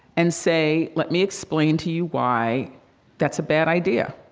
and say let me explain to you why that's a bad idea.